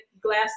glass